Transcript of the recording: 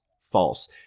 false